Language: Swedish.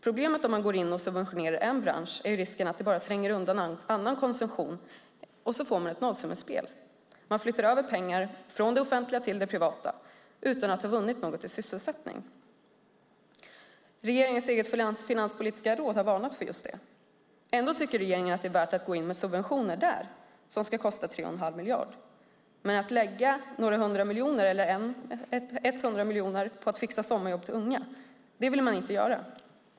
Problemet om man går in och subventionerar en bransch är risken att det tränger undan annan konsumtion, och så får man ett nollsummespel. Man flyttar över pengar från det offentliga till det privata utan att ha vunnit något i sysselsättningen. Regeringens eget finanspolitiska råd har varnat för just detta. Ändå tycker regeringen att det är värt att gå in med subventioner som ska kosta 3 1⁄2 miljard där, men att lägga 100 miljoner på att fixa sommarjobb till unga vill man inte göra.